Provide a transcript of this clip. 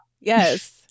Yes